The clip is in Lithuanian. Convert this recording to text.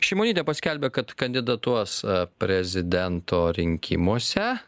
šimonytė paskelbė kad kandidatuos prezidento rinkimuose